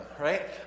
right